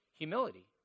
humility